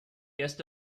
erste